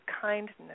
kindness